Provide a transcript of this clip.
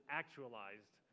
actualized